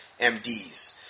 MDs